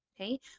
okay